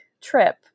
trip